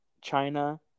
China –